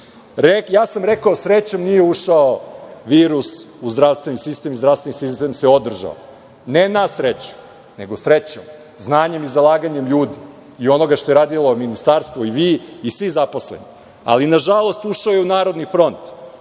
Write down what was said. sam rekao, srećom nije ušao virus u zdravstveni sistem i zdravstveni sistem se održao. Ne na sreću, nego srećom, znanjem i zalaganjem ljudi i onoga što je radilo ministarstvo i vi i svi zaposleni. Ali, nažalost, ušao je u „Narodni front“,